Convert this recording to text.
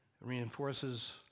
reinforces